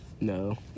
No